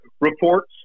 reports